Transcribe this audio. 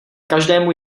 každému